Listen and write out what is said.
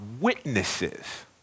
witnesses